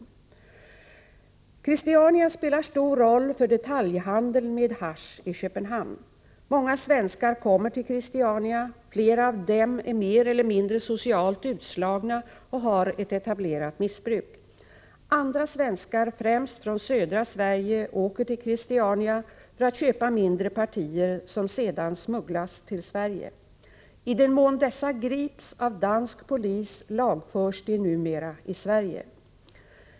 Christiania spelar stor roll för detaljhandeln med hasch i Köpenhamn. Många svenskar kommer till Christiania. Flera av dem är mer eller mindre socialt utslagna och har ett etablerat missbruk. Andra svenskar, främst från södra Sverige, åker till Christiania för att köpa mindre partier som sedan smugglas till Sverige. I den mån dessa grips av dansk polis lagförs de numera i Sverige.